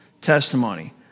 testimony